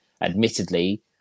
Admittedly